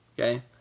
Okay